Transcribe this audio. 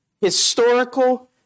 historical